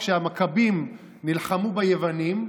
כשהמכבים נלחמו ביוונים,